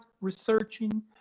researching